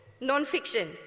Non-fiction